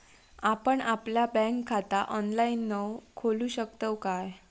आपण आपला बँक खाता ऑनलाइनव खोलू शकतव काय?